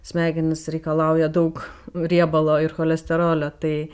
smegenys reikalauja daug riebalo ir cholesterolio tai